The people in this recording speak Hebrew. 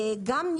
בנוסף,